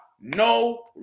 no